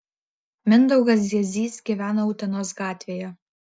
mindaugas ziezys gyvena utenos gatvėje